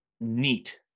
neat